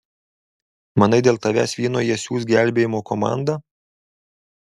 manai dėl tavęs vieno jie siųs gelbėjimo komandą